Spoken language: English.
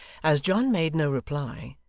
as john made no reply,